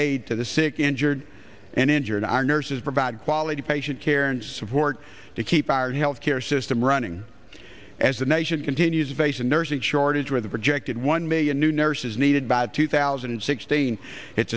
aid to the sick injured and injured our nurses provide quality patient care and support to keep our health care system running as the nation continues vase a nursing shortage with a projected one million new nurses needed by two thousand and sixteen it's